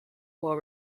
will